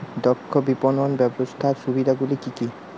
দক্ষ বিপণন ব্যবস্থার সুবিধাগুলি কি কি?